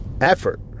effort